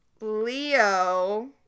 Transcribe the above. Leo